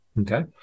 Okay